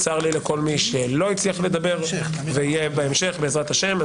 צר לי לכל מי שלא הצליח לדבר ובעזרת השם ידבר בהמשך.